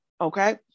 okay